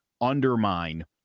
undermine